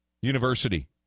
University